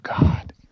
God